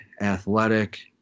athletic